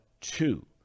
two